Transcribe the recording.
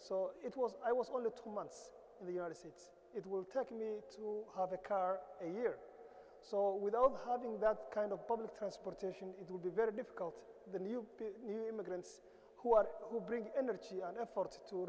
so it was i was only two months in the united states it will take me to have a car a year so with all having that kind of public transportation it would be very difficult the new new immigrants who are who bring energy and effort to